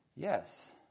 Yes